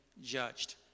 judged